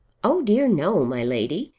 oh dear, no, my lady.